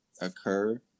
occur